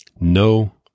No